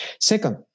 Second